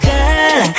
Girl